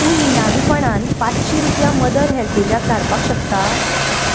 तूं निनांवीपणान पांचशी रुपया मदर हेल्पेजाक धाडपाक शकता